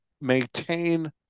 maintain